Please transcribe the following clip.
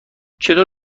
چطور